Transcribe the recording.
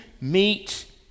meet